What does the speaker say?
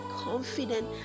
confident